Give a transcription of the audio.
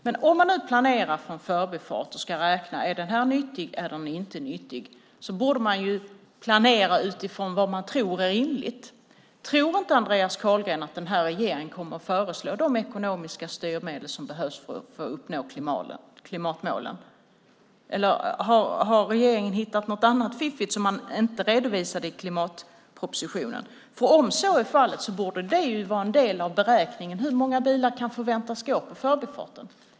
Men om man nu planerar för en förbifart och ska räkna på om den är nyttig eller om den inte är nyttig borde man ju planera utifrån vad man tror är rimligt. Tror inte Andreas Carlgren att den här regeringen kommer att föreslå de ekonomiska styrmedel som behövs för att uppnå klimatmålen? Eller har regeringen hittat något annat fiffigt som man inte redovisade i klimatpropositionen? Om så är fallet borde det vara en del av beräkningen. Hur många bilar kan förväntas gå på förbifarten?